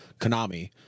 Konami